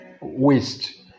Waste